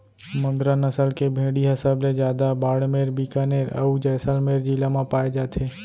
मगरा नसल के भेड़ी ह सबले जादा बाड़मेर, बिकानेर, अउ जैसलमेर जिला म पाए जाथे